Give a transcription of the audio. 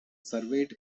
surveyed